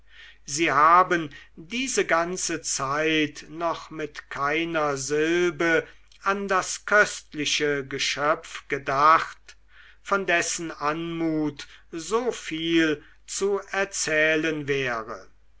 sie haben diese ganze zeit noch mit keiner silbe an das köstliche geschöpf gedacht von dessen anmut so viel zu erzählen wäre